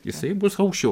jisai bus aukščiau